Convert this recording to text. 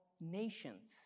nations